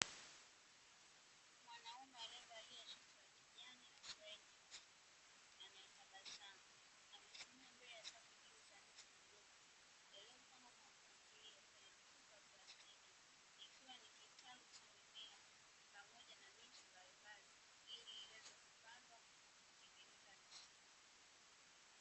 Mwanaume alievalia shati la kijani na suruari nyeusi, anatabasamu, amesimama mbele ya safu za kitalu cha mimea yaliyopangwa vizuri kwenye mifuko ya plastiki, ikiwa ni kitalu cha mimea pamoja na miti mbalimbali ili iweze kupandwa na kutengeneza bustani.